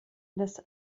das